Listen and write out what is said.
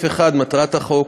ועדת הכספים: פרק א' סעיף 1 (מטרת החוק),